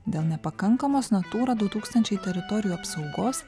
dėl nepakankamos natūra du tūkstančiai teritorijų apsaugos